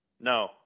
No